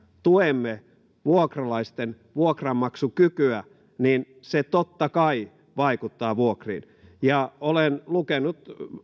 tuemme vuokralaisten vuokranmaksukykyä niin se totta kai vaikuttaa vuokriin olen lukenut